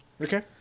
Okay